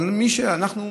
אבל אנחנו מתאמצים,